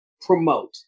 promote